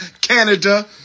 Canada